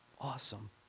awesome